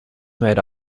made